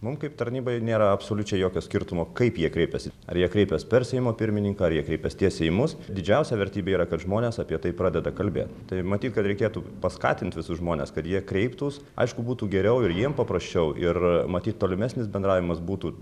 mum kaip tarnybai nėra absoliučiai jokio skirtumo kaip jie kreipiasi ar jie kreipias per seimo pirmininką ar jie kreipias tiesiai į mus didžiausia vertybė yra kad žmonės apie tai pradeda kalbėt tai matyt kad reikėtų paskatint visus žmones kad jie kreiptųs aišku būtų geriau ir jiem paprasčiau ir matyt tolimesnis bendravimas būtų